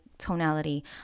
tonality